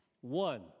One